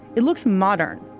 it looks modern,